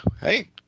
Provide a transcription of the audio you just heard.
hey